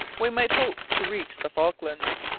we might hope to reach the falklands.